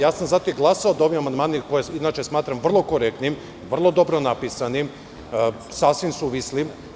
Zato sam i glasao da ovi amandmani, koje inače smatram vrlo korektnim, vrlo dobro napisanim, sasvim suvislim.